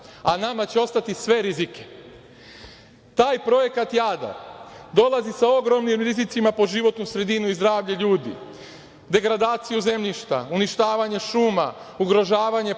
a nama će ostaviti sve rizike. Taj projekat Jadar dolazi sa ogromnim rizicima po životnu sredinu i zdravlje ljudi, degradaciju zemljišta, uništavanje šuma, ugrožavanje